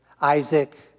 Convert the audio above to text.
Isaac